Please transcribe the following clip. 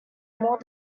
more